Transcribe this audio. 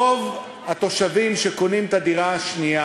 רוב התושבים שקונים את הדירה השנייה